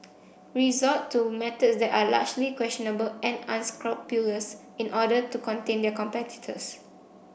resort to methods that are largely questionable and unscrupulous in order to contain their competitors